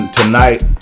tonight